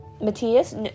Matthias